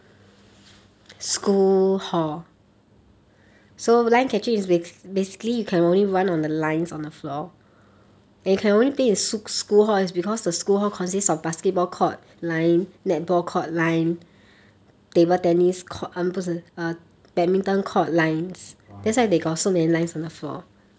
(uh huh)